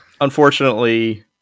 unfortunately